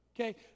Okay